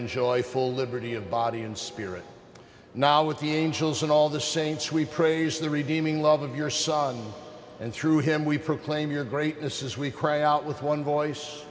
enjoy full liberty of body and spirit now with the angels and all the saints we praise the revealing love of your son and through him we proclaim your greatness as we cry out with one voice